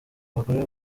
abagore